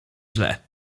źle